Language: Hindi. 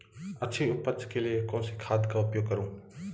अच्छी उपज के लिए कौनसी खाद का उपयोग करूं?